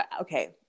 okay